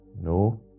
No